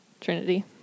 Trinity